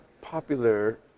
popular